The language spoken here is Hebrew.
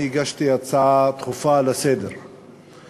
אני הגשתי הצעה דחופה לסדר-היום.